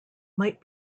might